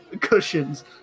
cushions